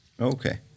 Okay